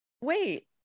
wait